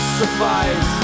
suffice